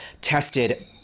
tested